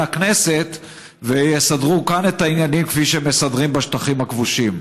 הכנסת ויסדרו כאן את העניינים כפי שמסדרים בשטחים הכבושים.